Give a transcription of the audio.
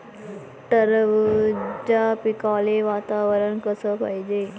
टरबूजाच्या पिकाले वातावरन कस पायजे?